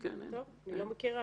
אני לא מכירה.